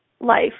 life